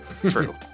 True